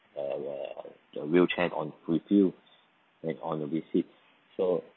uh uh the wheelchair on with you like on your visit so